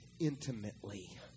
intimately